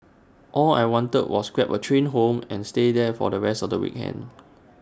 all I wanted to do was grab A train home and stay there for the rest of the weekend